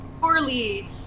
poorly